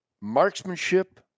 marksmanship